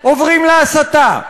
עוברים להסתה.